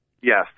Yes